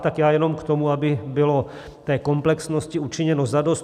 Tak já jenom k tomu, aby bylo té komplexnosti učiněno zadost.